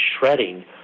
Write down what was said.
shredding